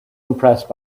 impressed